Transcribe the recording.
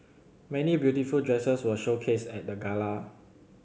many beautiful dresses were showcased at the gala